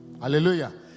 hallelujah